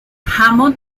hammond